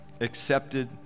accepted